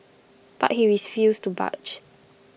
but he refused to budge